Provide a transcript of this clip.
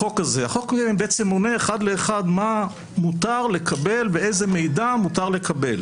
החוק מונה אחד לאחד מה מותר לקבל ואיזה מידע מותר לקבל.